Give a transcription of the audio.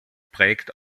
prägt